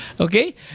Okay